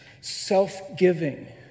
Self-giving